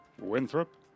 Winthrop